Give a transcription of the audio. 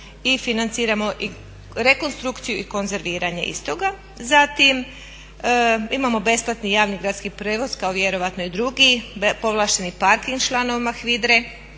i financiramo i rekonstrukciju i konzerviranje istoga. Zatim imamo besplatni javni gradski prijevoz kao vjerojatno i drugi, povlašteni parking članovima